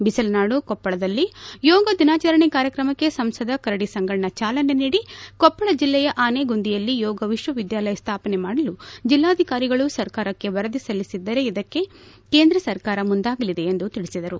ಬಿಸಿಲ ನಾಡು ಕೊಪ್ಪಳದಲ್ಲಿ ಯೋಗ ದಿನಾಚರಣೆ ಕಾರ್ಯಕ್ರಮಕ್ಕೆ ಸಂಸದ ಕರಡಿ ಸಂಗಣ್ಣ ಚಾಲನೆ ನೀಡಿ ಕೊಪ್ಪಳ ಜಿಲ್ಲೆಯ ಆನೆಗುಂದಿಯಲ್ಲಿ ಯೋಗ ವಿಶ್ವವಿದ್ಯಾಲಯ ಸ್ಥಾಪನೆ ಮಾಡಲು ಜಿಲ್ಲಾಧಿಕಾರಿಗಳು ಸರ್ಕಾರಕ್ಕೆ ವರದಿ ಸಲ್ಲಿಸಿದರೆ ಇದಕ್ಕೆ ಕೇಂದ್ರ ಸರ್ಕಾರ ಮುಂದಾಗಲಿದೆ ಎಂದು ತಿಳಿಸಿದರು